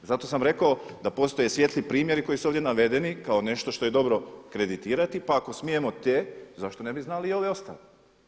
Zato sam rekao da postoje svijetli primjeri koji su ovdje navedeni kao nešto što je dobro kreditirati, pa ako smijemo te zašto ne bi znali i ove ostale.